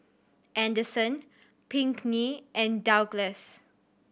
Anderson Pinkney and Douglas